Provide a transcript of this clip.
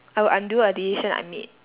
I will undo a decision I made